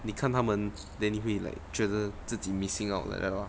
你看他们 then 你会 like 觉得自己 missing out like that lor